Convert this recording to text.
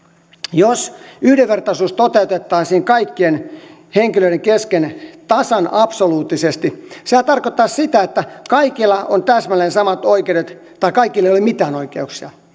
jos yhdenvertaisuus toteutettaisiin kaikkien henkilöiden kesken tasan absoluuttisesti sehän tarkoittaisi sitä että kaikilla on täsmälleen samat oikeudet tai kaikilla ei ole mitään oikeuksia